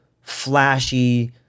flashy